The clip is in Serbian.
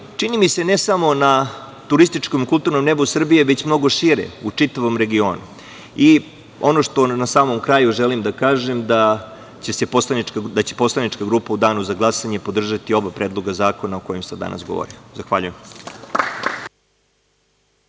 čini mi se, ne samo na kulturnom i turističkom nebu Srbije, već mnogo šire, u čitavom regionu. Ono što na samom kraju želim da kažem jeste da će poslanička grupa u danu za glasanje podržati oba predloga zakona o kojima sam danas govorio. Zahvaljujem.